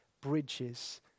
bridges